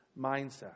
mindset